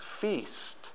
feast